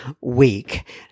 week